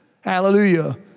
Hallelujah